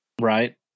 Right